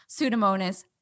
Pseudomonas